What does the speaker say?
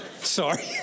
Sorry